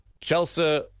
Chelsea